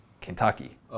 Kentucky